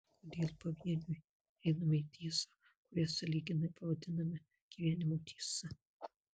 kodėl pavieniui einame į tiesą kurią sąlyginai pavadiname gyvenimo tiesa